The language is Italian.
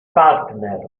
partner